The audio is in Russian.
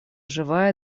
живая